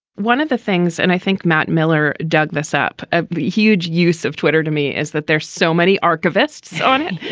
one of the things and i think matt miller dug this up a huge use of twitter to me is that there's so many archivists on it.